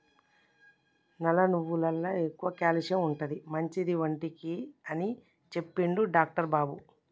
నల్ల నువ్వులల్ల ఎక్కువ క్యాల్షియం ఉంటది, మంచిది ఒంటికి అని చెప్పిండు డాక్టర్ బాబు